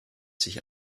sich